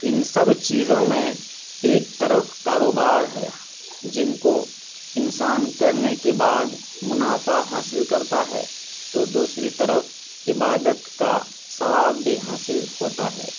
ان سب چیزوں میں ایک طرف کاروبار ہے جن کو انسان کرنے کے بعد منافعہ حاصل کرتا ہے تو دوسری طرف عبادت کا ثواب بھی حاصل ہوتا ہے